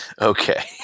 Okay